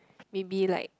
maybe like